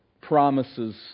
promises